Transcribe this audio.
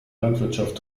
landwirtschaft